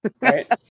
Right